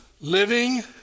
Living